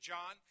John